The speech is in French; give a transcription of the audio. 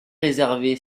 réservé